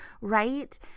right